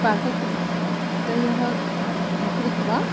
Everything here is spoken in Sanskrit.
पाककृतयः कृत्वा